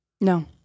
No